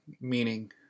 meaning